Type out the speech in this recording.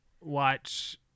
watch